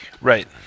Right